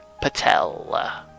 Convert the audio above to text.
Patel